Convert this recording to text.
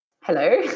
Hello